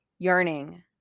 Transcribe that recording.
yearning